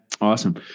Awesome